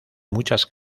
muchas